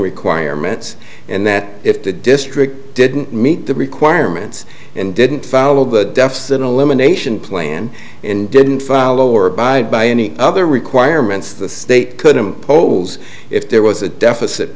requirements and that if the district didn't meet the requirements and didn't file the deficit elimination plan and didn't file or abide by any other requirements the state could impose if there was a deficit